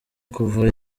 kuva